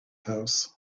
house